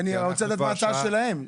אני רוצה לדעת מה ההצעה שלהם.